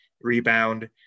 rebound